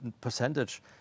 percentage